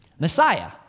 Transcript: Messiah